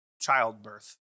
childbirth